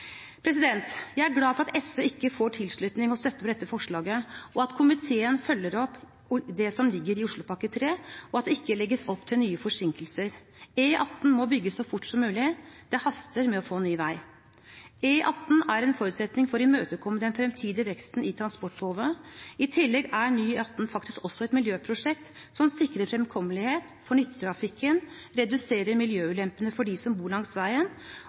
begrunnet. Jeg er glad for at SV ikke får tilslutning til og støtte for dette forslaget, at komiteen følger opp det som ligger i Oslopakke 3, og at det ikke legges opp til nye forsinkelser. E18 må bygges så fort som mulig. Det haster med å få ny vei. E18 er en forutsetning for å imøtekomme den fremtidige veksten i transportbehovet. I tillegg er ny E18 faktisk også et miljøprosjekt som sikrer fremkommelighet for nyttetrafikken, reduserer miljøulempene for dem som bor langs veien,